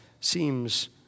seems